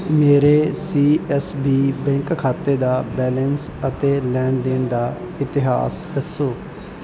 ਮੇਰੇ C S B bank ਖਾਤੇ ਦਾ ਬੈਲੰਸ ਅਤੇ ਲੈਣ ਦੇਣ ਦਾ ਇਤਿਹਾਸ ਦੱਸੋ